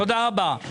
תודה רבה.